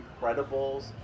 Incredibles